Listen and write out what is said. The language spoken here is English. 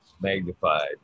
magnified